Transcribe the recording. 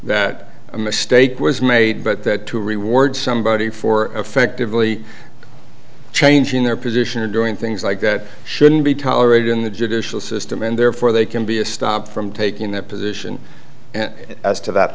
that a mistake was made but that to reward somebody for effectively changing their position and doing things like that shouldn't be tolerated in the judicial system and therefore they can be a stop from taking their position as to that